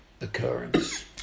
occurrence